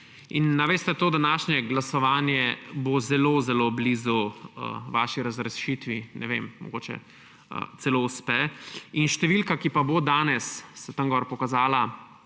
Veste, to današnje glasovanje bo zelo zelo blizu vaši razrešitvi, ne vem, mogoče celo uspe. Številka, ki se bo danes tamle zgoraj pokazala,